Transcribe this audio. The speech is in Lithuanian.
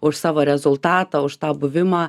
už savo rezultatą už tą buvimą